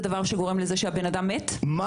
שגורם לזה שהבן אדם מת?